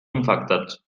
infectats